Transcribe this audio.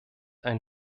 einen